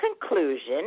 conclusion